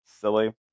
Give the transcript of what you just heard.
silly